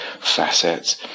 facets